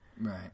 Right